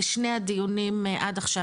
בשני הדיונים עד עכשיו,